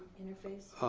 interface.